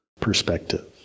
perspective